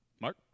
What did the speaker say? Mark